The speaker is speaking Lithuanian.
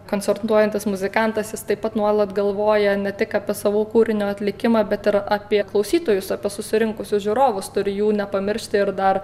koncertuojantis muzikantas jis taip pat nuolat galvoja ne tik apie savo kūrinio atlikimą bet ir apie klausytojus apie susirinkusius žiūrovus turi jų nepamiršti ir dar